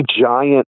giant